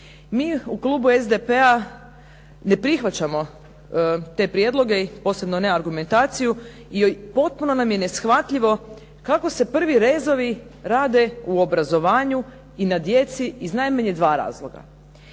Mi u klubu SDP-a ne prihvaćamo te prijedloge, posebno ne argumentaciju i potpuno nam je neshvatljivo kako se prvi rezovi rade u obrazovanju i na djeci iz najmanje 2 razloga.